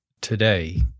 today –